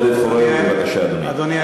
חבר הכנסת עודד פורר, בבקשה, אדוני.